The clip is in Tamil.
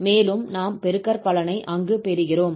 மேலும் நாம் பெருகற்பலனை அங்கு பெறுகிறோம்